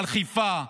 על חיפה,